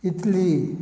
Italy